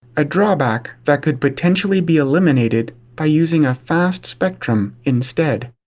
a drawback that could potentially be eliminated by using a fast spectrum instead.